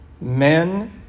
Men